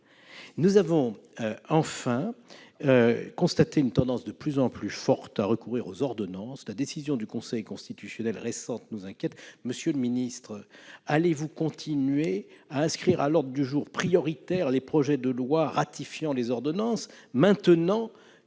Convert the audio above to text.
constatons enfin une tendance de plus en plus forte à recourir aux ordonnances. La décision récente du Conseil constitutionnel nous inquiète. Monsieur le ministre, allez-vous continuer à inscrire à l'ordre du jour prioritaire les projets de loi ratifiant les ordonnances,